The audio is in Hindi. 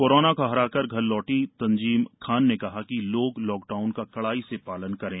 कोरोना को हराकर घर लौटी तंजीम खान ने कहा कि लोग लॉकडाउन का कड़ाई से पालन करें